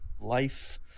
life